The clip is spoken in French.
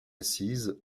assise